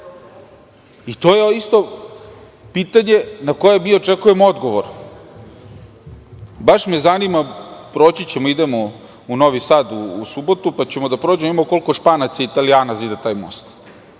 To je isto pitanje na koje očekujemo odgovor. Baš me zanima, proći ćemo i idemo u Novi Sad u subotu, pa ćemo da prođemo i da vidimo koliko Španaca i Italijana zida taj most?